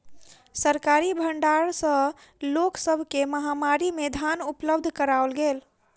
सरकारी भण्डार सॅ लोक सब के महामारी में धान उपलब्ध कराओल गेल